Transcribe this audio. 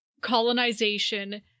colonization